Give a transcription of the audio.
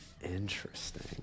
Interesting